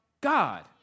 God